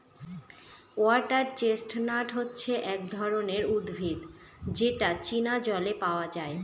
water chestnut হচ্ছে এক ধরনের উদ্ভিদ যেটা চীনা জলে পাওয়া যায়